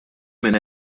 minn